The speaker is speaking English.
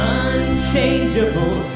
unchangeable